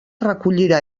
recollirà